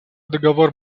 договор